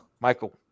Michael